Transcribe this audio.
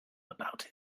about